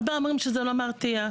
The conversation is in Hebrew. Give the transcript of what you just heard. הרבה אומרים שזה לא מרתיע,